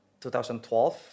2012